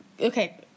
okay